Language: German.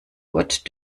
gurt